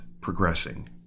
progressing